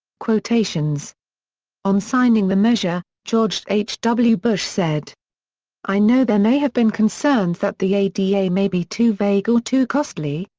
quotations on signing the measure, george h. w. bush said i know there may have been concerns that the ada may be too vague or too costly,